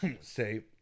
say